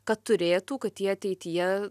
kad turėtų kad jie ateityje